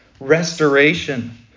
restoration